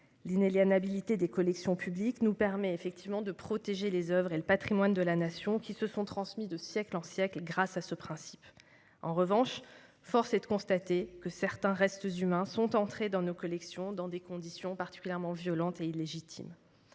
en cause. En effet, ce principe nous permet de protéger les oeuvres et le patrimoine de la Nation qui se sont transmis de siècle en siècle. En revanche, force est de constater que certains restes humains sont entrés dans nos collections dans des conditions particulièrement violentes et illégitimes.